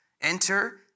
Enter